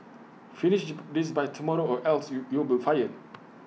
finish this by tomorrow or else you you will be fired